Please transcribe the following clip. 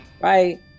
Bye